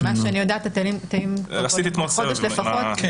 ממה שאני יודעת יש תאים כבר חודש לפחות.